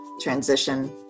transition